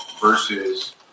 versus